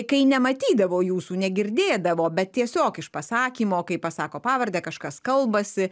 kai nematydavo jūsų negirdėdavo bet tiesiog iš pasakymo kai pasako pavardę kažkas kalbasi